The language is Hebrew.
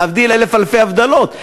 להבדיל אלף אלפי הבדלות.